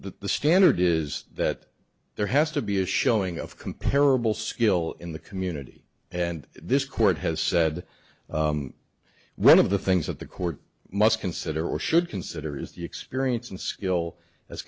the standard is that there has to be a showing of comparable skill in the community and this court has said one of the things that the court must consider or should consider is the experience and skill as